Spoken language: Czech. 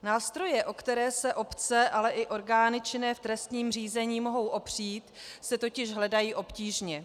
Nástroje, o které se obce, ale i orgány činné v trestním řízení mohou opřít, se totiž hledají obtížně.